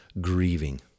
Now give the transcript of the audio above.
grieving